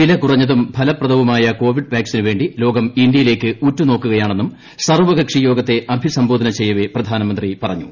വില കുറഞ്ഞതും ഫലപ്രദവുമായ കോവിഡ് വാക്സിനു വേണ്ടി ലോകം ഇന്ത്യയിലേക്ക് ഉറ്റു നോക്കുകയാണെന്നും സർവ്വകക്ഷിയോഗത്തെ അഭിസംബോധന ചെയ്യവേ പ്രധാനമന്ത്രി പറഞ്ഞു